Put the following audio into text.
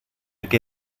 que